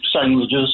sandwiches